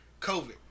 COVID